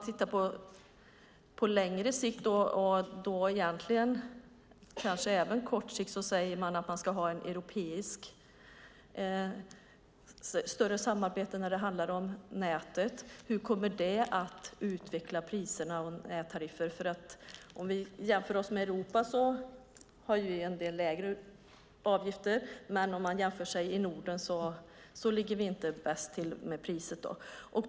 Sett på längre sikt - kanske egentligen även på kort sikt - ska man, sägs det, ha ett större samarbete beträffande nätet. Hur kommer det att påverka priserna och nättarifferna? Jämfört med Europa har en del länder lägre avgifter än Sverige. Men jämfört med övriga länder i Norden ligger Sverige inte bäst till prismässigt.